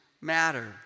matter